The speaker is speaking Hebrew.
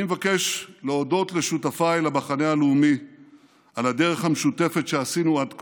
אני מבקש להודות לשותפיי למחנה הלאומי על הדרך המשותפת שעשינו עד כה,